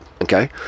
okay